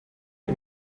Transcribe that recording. wir